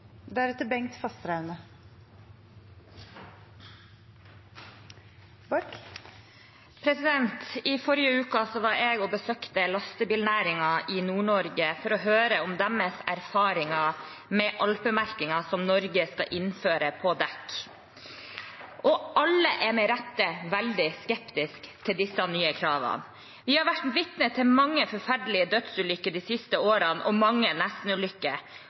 I forrige uke var jeg og besøkte lastebilnæringen i Nord-Norge for å høre om deres erfaringer med alpemerkingen som Norge skal innføre på dekk. Alle er med rette veldig skeptiske til disse nye kravene. Vi har vært vitne til mange forferdelige dødsulykker de siste årene, og mange